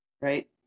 right